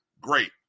Great